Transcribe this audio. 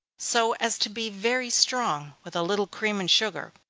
so as to be very strong, with a little cream and sugar.